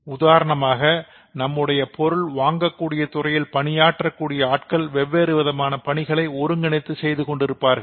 உதாரணமாக நம்முடைய பொருள் வாங்கக்கூடிய துறையில் பணியாற்ற கூடிய ஆட்கள் வெவ்வேறு விதமான பணிகளை ஒருங்கிணைத்து செய்து கொண்டிருப்பார்கள்